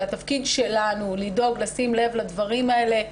זה התפקיד שלנו לדאוג ולשים לב לדברים האלה.